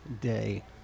day